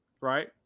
right